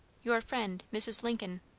your friend, mrs. lincoln.